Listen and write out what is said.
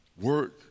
work